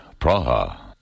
Praha